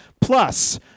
Plus